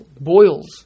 boils